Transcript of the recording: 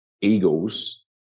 Eagles